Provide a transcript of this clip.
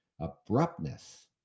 abruptness